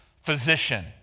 physician